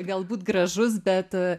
galbūt gražus bet